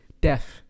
Death